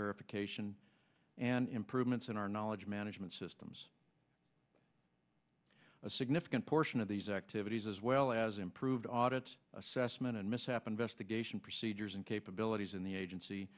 verification and improvements in our knowledge management systems a significant portion of these activities as well as improved audit assessment and mishap investigation procedures and capabilities in the agency